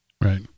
Right